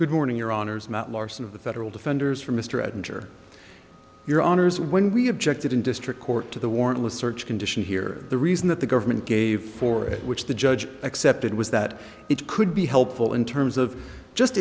good morning your honors mount larson of the federal defenders for mr edgar your honour's when we objected in district court to the warrantless search condition here the reason that the government gave for it which the judge accepted was that it could be helpful in terms of just